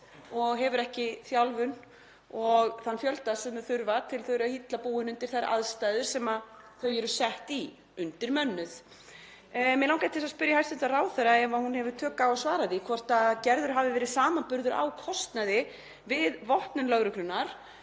og hefur ekki þjálfun og þann fjölda sem þarf. Þau eru illa búin undir þær aðstæður sem þau eru sett í, undirmönnuð. Mig langar til þess að spyrja hæstv. ráðherra, ef hún hefur tök á að svara því, hvort gerður hafi verið samanburður á kostnaði við vopnun lögreglunnar